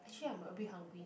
actually I'm a bit hungry